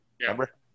Remember